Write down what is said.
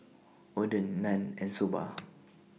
Oden Naan and Soba